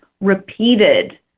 repeated